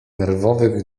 nerwowych